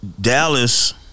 Dallas